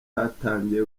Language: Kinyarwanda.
hatangiye